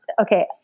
okay